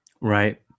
Right